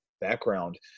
background